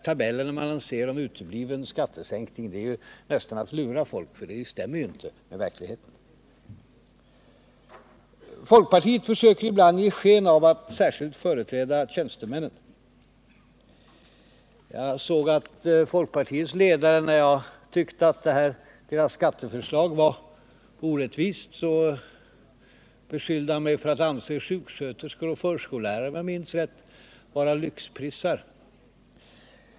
Tabellerna man ser om Nr 54 utebliven skattesänkning är ett sätt att lura folk, för de stämmer ju inte med Torsdagen den SGekligneten: 14 december 1978 Folkpartiet försöker ibland ge sken av att särskilt företräda tjänstemännen. När jag tyckte att regeringens skatteförslag var orättvist, beskyllde folkpartiets ledare mig för att anse sjuksköterskor och förskollärare, om jag minns rätt, vara lyxprissar.